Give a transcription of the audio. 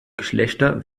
geschlechter